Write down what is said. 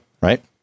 right